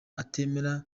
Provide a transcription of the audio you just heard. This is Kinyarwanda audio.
atemera